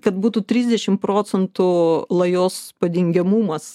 kad būtų trisdešimt procentų lajos padengiamumas